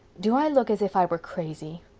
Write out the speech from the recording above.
do i look as if i were crazy?